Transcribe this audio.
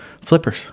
flippers